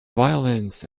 violins